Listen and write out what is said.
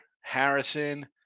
Harrison